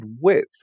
width